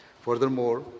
Furthermore